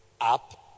up